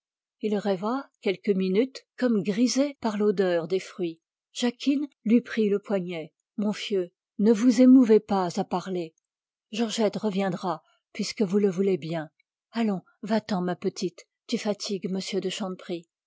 il rêva quelques minutes comme grisé par l'odeur des fruits jacquine lui prit le poignet mon fieu ne vous émouvez pas à parler georgette reviendra puisque vous le voulez bien allons va-t'en ma petite tu fatigues m de